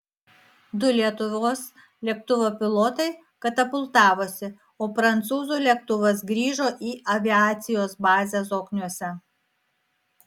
du lietuvos lėktuvo pilotai katapultavosi o prancūzų lėktuvas grįžo į aviacijos bazę zokniuose